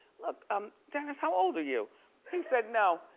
look um dennis, how old are you? he said, no,